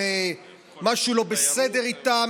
משהו לא בסדר איתם,